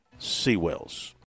Seawells